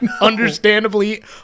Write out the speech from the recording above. Understandably